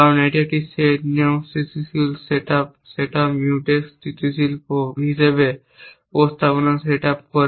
কারণ একটি সেট নিয়ম স্থিতিশীল set up set up Mutex স্থিতিশীল হিসাবে প্রস্তাবনা সেট আপ করে